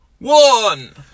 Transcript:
one